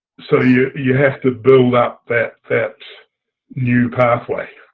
so you you have to build up that that new pathway.